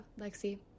Lexi